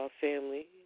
family